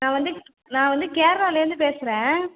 நான் வந்து நான் வந்து கேரளாவிலேர்ந்து பேசுகிறேன்